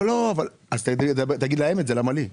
אז תגיד להם את זה, למה לי?